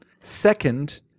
Second-